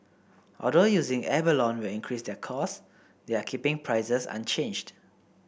although using abalone will increase their cost they are keeping prices unchanged